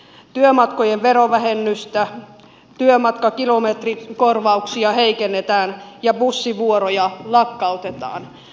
se leikkaa työmatkojen verovähennystä työmatkakilometrikorvauksia heikennetään ja bussivuoroja lakkautetaan